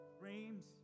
dreams